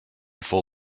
full